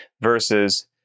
versus